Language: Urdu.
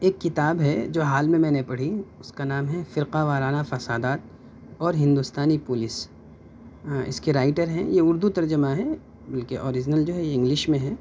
ایک کتاب ہے جو حال میں میں نے پڑھی اُس کا نام ہے فرقہ وارانہ فسادات اور ہندوستانی پولیس اِس کے رائٹر ہیں یہ اُردو ترجمہ ہے بلکہ اوریجنل جو ہے یہ انگلش میں ہے